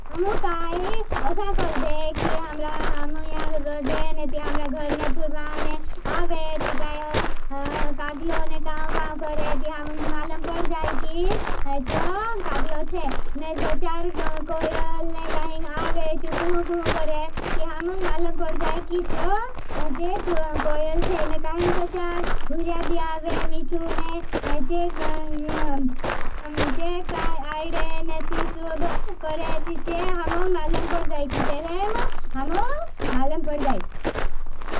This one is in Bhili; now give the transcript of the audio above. अमु काई असा कर जे। कि हम्रा हम्रा याँ रोजे ने। ती हम्रा घरने थुर्बाने आवे ती काई कागलो ने काउ काउ करे। ती हम्रा मालम पड़ जाई। की चो कागलो छे ने तो चार कोयल ने काहिंग आवे चो कुँ कुँ करे। ती हम्रा मालम पड़ जाई की चो चे कोयल छे। ने काहिंग तो चार भुर्याबी आवे मिठुने चे काईडे ने ती सूब करे। ती चे हम्रा मालम पड़ जाई की ते हम्रा मालम पड़ जाई।